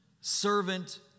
servant